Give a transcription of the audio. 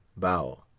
bow.